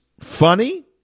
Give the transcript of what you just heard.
funny